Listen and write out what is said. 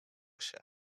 się